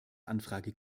anfrage